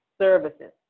services